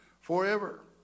forever